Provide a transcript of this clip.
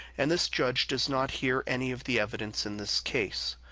and this judge does not hear any of the evidence in this case.